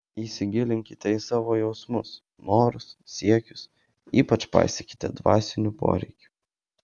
įsigilinkite į savo jausmus norus siekius ypač paisykite dvasinių poreikių